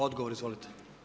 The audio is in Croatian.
Odgovor, izvolite.